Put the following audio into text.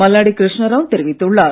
மல்லாடி கிருஷ்ணாராவ் தெரிவித்துள்ளார்